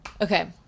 Okay